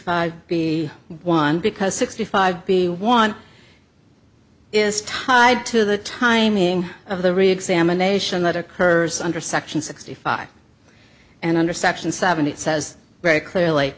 five b one because sixty five b one is tied to the timing of the reexamination that occurs under section sixty five and under section seven it says very clearly